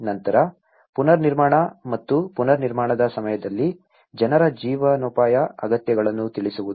ನಂತರ ಪುನರ್ನಿರ್ಮಾಣ ಮತ್ತು ಪುನರ್ನಿರ್ಮಾಣದ ಸಮಯದಲ್ಲಿ ಜನರ ಜೀವನೋಪಾಯ ಅಗತ್ಯಗಳನ್ನು ತಿಳಿಸುವುದು